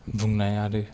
बुंनाय आरो